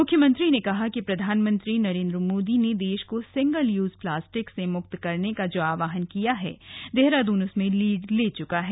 मुख्यमंत्री ने कहा प्रधानमंत्री नरेन्द्र मोदी ने देश को सिंगल यूज प्लास्टिक से मुक्त करने का जो आह्वान किया है देहरादून इसमें लीड ले चुका है